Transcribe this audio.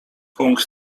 punkt